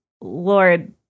Lord